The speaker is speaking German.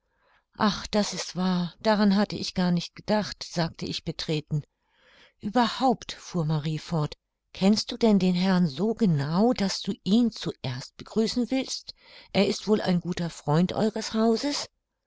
ach das ist wahr daran hatte ich gar nicht gedacht sagte ich betreten ueberhaupt fuhr marie fort kennst du denn den herrn so genau daß du ihn zuerst begrüßen willst er ist wohl ein guter freund eures hauses